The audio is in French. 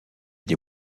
des